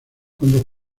cuando